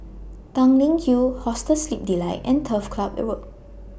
Tanglin Hill Hostel Sleep Delight and Turf Club Road